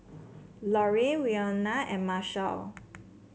Lorean Wynona and Marshall